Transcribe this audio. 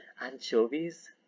Anchovies